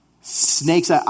snakes